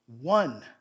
one